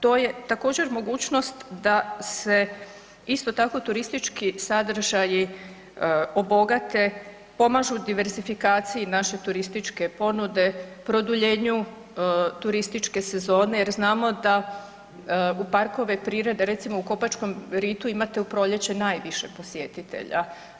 To je također mogućnost da se isto tako turistički sadržaji obogate, pomažu diversifikaciji naše turističke ponude, produljenju turističke sezone jer znamo da u parkove prirode, recimo u Kopačkom ritu imate u proljeće najviše posjetitelja.